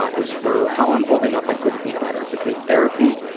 ah as for how i'm holding up, i couldn't be better. between therapy,